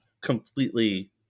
completely